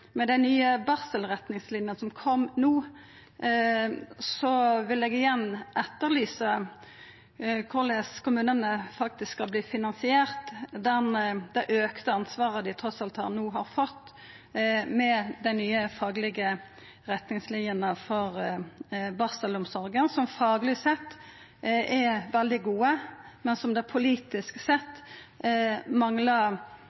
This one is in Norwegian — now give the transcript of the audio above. Med dei nye retningslinjene for barselomsorga som kom no, vil eg igjen etterlysa finansieringa. Korleis skal kommunane faktisk finansiera det auka ansvaret dei trass alt no har fått med dei nye faglege retningslinjene for barselomsorga? Fagleg sett er dei veldig gode, men det manglar politisk vilje til å finansiera dette for at det